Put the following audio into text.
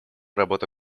работа